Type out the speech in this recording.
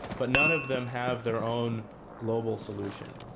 but none of them have their own global solution.